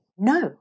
No